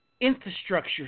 infrastructure